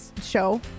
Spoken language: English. show